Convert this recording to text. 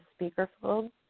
speakerphone